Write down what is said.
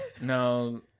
No